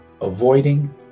avoiding